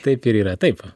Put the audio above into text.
taip ir yra taip